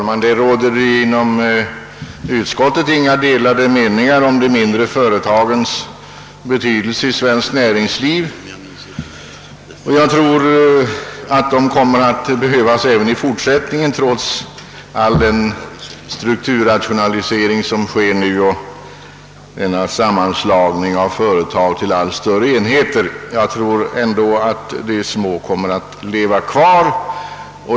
Herr talman! Inom utskottet råder inga delade meningar om de mindre företagens betydelse för svenskt näringsliv. För min del tror jag att dessa företag kommer att behövas även i fortsättningen trots den strukturrationalisering med sammanslagningar av företag till allt större enheter som nu pågår.